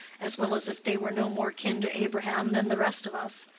as well as if they were no more kin to abraham than the rest of us.